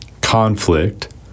conflict